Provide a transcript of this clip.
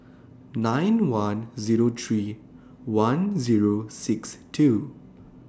nine one Zero three one Zero six two